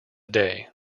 day